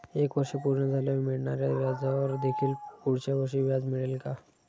एक वर्ष पूर्ण झाल्यावर मिळणाऱ्या व्याजावर देखील पुढच्या वर्षी व्याज मिळेल का?